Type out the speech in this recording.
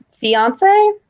fiance